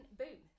boom